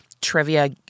trivia